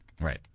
Right